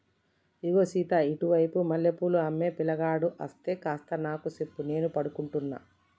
ఇగో సీత ఇటు వైపు మల్లె పూలు అమ్మే పిలగాడు అస్తే కాస్త నాకు సెప్పు నేను పడుకుంటున్న